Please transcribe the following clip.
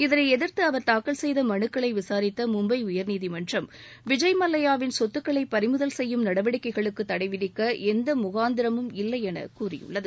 இதனை எதிர்த்து அவர் தாக்கல் செய்த மனுக்களை விசாரித்த மும்பை உயர்நீதிமன்றம் விஜய் மல்லையாவின் சொத்துக்களை பறிமுதல் செய்யும் நடவடிக்கைகளுக்கு தடை விதிக்க எந்த முகாந்திரமும் இல்லை என கூறியுள்ளது